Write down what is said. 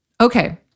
Okay